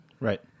Right